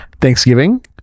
thanksgiving